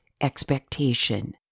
expectation